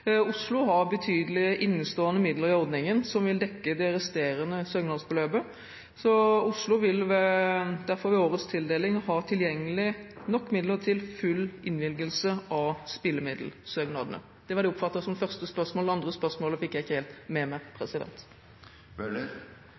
Oslo har betydelige innestående midler i ordningen, som vil dekke det resterende søknadsbeløpet, så Oslo vil derfor ved årets tildeling ha tilgjengelig nok midler til full innvilgelse av spillemiddelsøknadene. Det var det jeg oppfattet som første spørsmål, det andre spørsmålet fikk jeg ikke helt med meg.